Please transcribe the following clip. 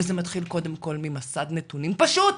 וזה מתחיל קודם כל ממסד נתונים פשוט.